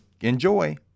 Enjoy